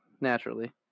naturally